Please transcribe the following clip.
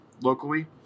locally